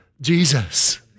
Jesus